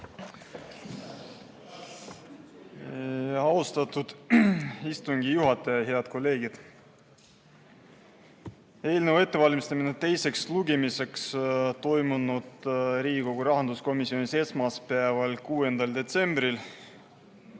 Austatud istungi juhataja! Head kolleegid! Eelnõu ettevalmistamine teiseks lugemiseks toimus Riigikogu rahanduskomisjonis esmaspäeval, 6. detsembril.